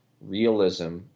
realism